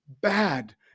Bad